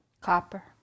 Copper